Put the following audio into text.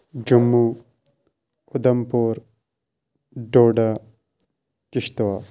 Jammu Udhampur Doda Kishtwar